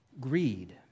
greed